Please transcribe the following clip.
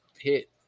hit